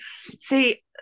see